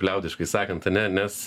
liaudiškai sakant ane nes